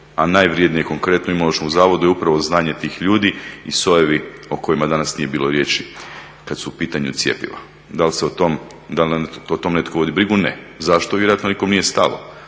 A najvrjednije konkretno u Imunološkom zavodu je upravo znanje tih ljudi i sojevi o kojima danas nije bilo riječi kada su u pitanju cjepiva. Da li se o tome, da li netko o tome vodi brigu ne. Zašto? Vjerojatno nikome nije stalo.